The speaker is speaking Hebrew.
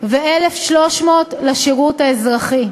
ו-1,300 לשירות האזרחי.